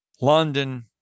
London